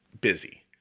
busy